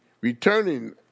returning